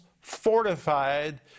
fortified